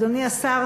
אדוני השר,